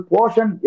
Portion